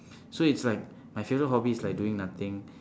so it's like my favourite hobby is like doing nothing